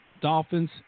Dolphins